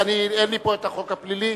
אין לי פה החוק הפלילי.